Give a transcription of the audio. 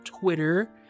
Twitter